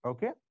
Okay